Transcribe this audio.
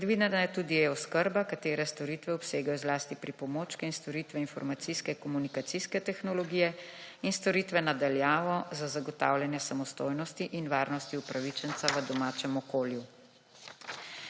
Predvidena je tudi oskrba katere storitev obsegajo zlasti pripomočke in storitev informacijske-komunikacijske tehnologije in storitve na daljavo za zagotavljanje samostojnosti in varnosti upravičencev v domačem okolju.